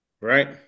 Right